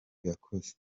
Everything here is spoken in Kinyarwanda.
yakoze